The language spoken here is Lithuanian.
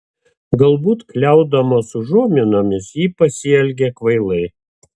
galbūt kliaudamas užuominomis ji pasielgė kvailai